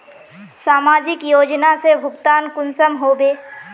समाजिक योजना से भुगतान कुंसम होबे?